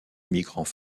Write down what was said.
immigrants